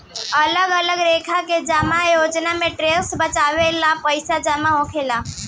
अलग लेखा के जमा योजना में टैक्स बचावे ला पईसा जमा होला